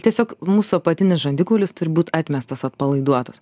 tiesiog mūsų apatinis žandikaulis turi būti atmestas atpalaiduotos